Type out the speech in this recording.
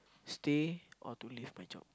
stay or to leave my job